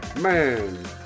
Man